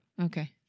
Okay